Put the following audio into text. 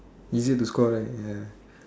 easier to score right ya